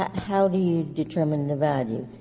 ah how do you determine the value?